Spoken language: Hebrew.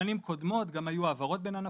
בשנים קודמות גם היו העברות בין ענפים.